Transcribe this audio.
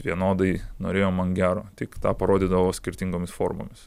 vienodai norėjo man gero tik tą parodydavo skirtingomis formomis